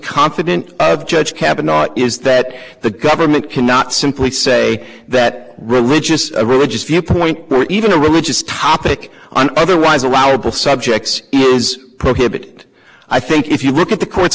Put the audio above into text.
confident of judge kavanaugh is that the government cannot simply say that religious or religious viewpoint even a religious topic and otherwise allowable subjects is prohibited i think if you look at the court